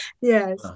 yes